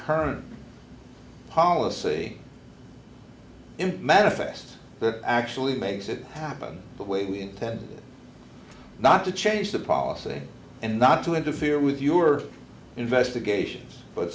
current policy in manifest that actually makes it happen the way we intend not to change the policy and not to interfere with your investigations but